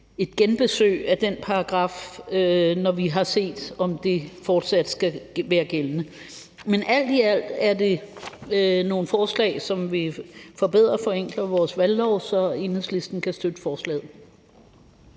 genbesøge den paragraf, når vi har set, om det fortsat skal være gældende. Alt i alt er det nogle forslag, som forbedrer og forenkler vores valglov, så Enhedslisten kan støtte forslaget.